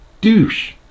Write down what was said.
douche